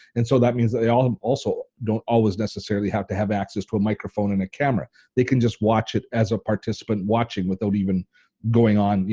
and so that means they ah um also don't always necessarily have to have access to a microphone and a camera, they can just watch it as a participant watching without even going on you